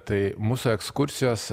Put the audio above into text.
tai mūsų ekskursijos